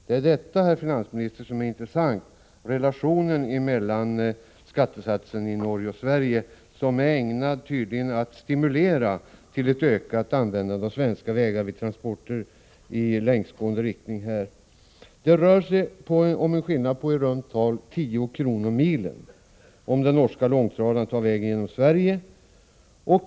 Det intressanta, herr finansminister, är relationen mellan skattesatsen i Norge och i Sverige. Den är tydligen ägnad att stimulera till ett ökat användande av svenska vägar vid transporter låt mig säga i längsgående riktning. Det rör sig om en skillnad på i runt tal 10 kr. per mil om den norska långtradaren tar vägen genom Sverige.